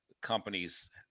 companies